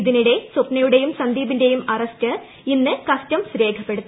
ഇതിനിടെ സ്വപ്നയുടെയും സന്ദീപിന്റെയും അറസ്റ്റ് ഇന്ന് കസ്റ്റംസ് രേഖപ്പെടുത്തി